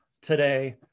today